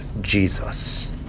Jesus